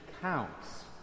counts